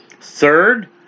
Third